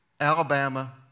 Alabama